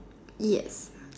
yes